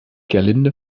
gerlinde